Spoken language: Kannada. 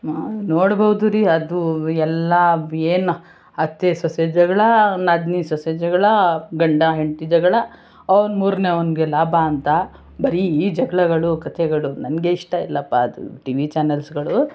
ನೋಡ್ಬೋದು ರೀ ಅದು ಎಲ್ಲ ಏನು ಅತ್ತೆ ಸೊಸೆ ಜಗಳ ನಾದಿನಿ ಸೊಸೆ ಜಗಳ ಗಂಡ ಹೆಂಡತಿ ಜಗಳ ಅವ್ನು ಮೂರನೇಯವನ್ಗೆ ಲಾಭ ಅಂತ ಬರೀ ಈ ಜಗಳಗಳು ಕಥೆಗಳು ನನಗೆ ಇಷ್ಟ ಇಲ್ಲಪ್ಪ ಅದು ಟಿ ವಿ ಚಾನಲ್ಸ್ಗಳು